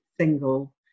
single